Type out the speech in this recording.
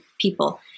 people